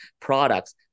products